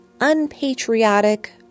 unpatriotic